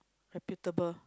reputable